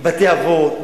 בתי-אבות.